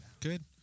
Good